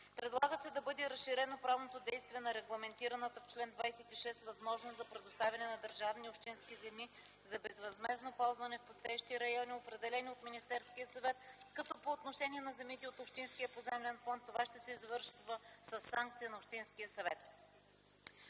Предлага се да бъде разширено правното действие на регламентираната в чл. 26, възможност за предоставяне на държавни и общински земи за безвъзмездно ползване в пустеещи райони, определени от Министерския съвет, като по отношение на земите от общинския поземлен фонд това ще се извършва със санкция на общинския съвет.